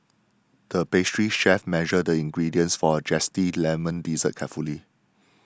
the pastry chef measured the ingredients for a Zesty Lemon Dessert carefully